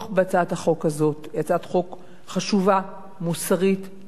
היא הצעת חוק חשובה, מוסרית, תרבותית וערכית.